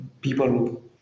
people